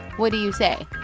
what do you say?